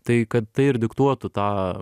tai kad tai ir diktuotų tą